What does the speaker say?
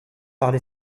parle